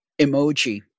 emoji